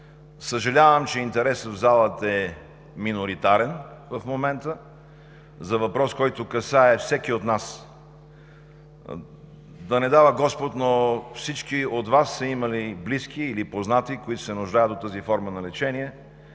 Съжалявам, че интересът в залата е миноритарен в момента за въпроса, който касае всеки от нас – да не дава господ, но всички от Вас са имали близки или познати, които се нуждаят от тази форма на лечение.